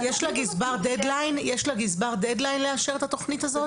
יש לגזבר דד-ליין לאישור התכנית הזו?